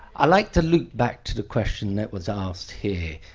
i'd like to loop back to the question that was asked here.